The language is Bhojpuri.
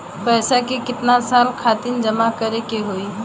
पैसा के कितना साल खातिर जमा करे के होइ?